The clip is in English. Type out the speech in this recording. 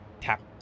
tap